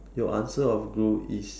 your answer of glue is